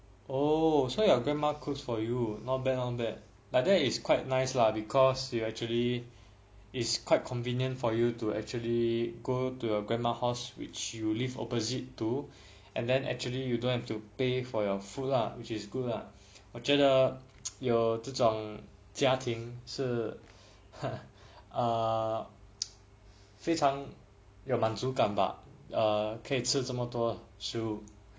oh so your grandma cooks for you not bad not bad like that is quite nice lah because you actually is quite convinent for you to actually go to your grandma house which you live opposite to and then actually you don't have to pay for your food lah which is good lah 我觉得这种家庭是呃非常有满足:wo jue de zhe zhong jia ting shi eai fei chang you man zu